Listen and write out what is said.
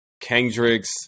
Kendrick's